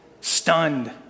stunned